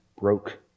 broke